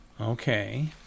Okay